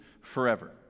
forever